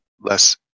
less